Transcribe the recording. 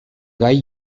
gai